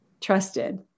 trusted